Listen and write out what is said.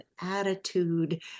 attitude